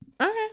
okay